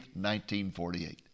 1948